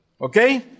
Okay